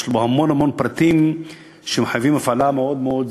יש בו המון המון פרטים שמחייבים הפעלה מאוד מאוד זהירה,